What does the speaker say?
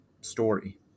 story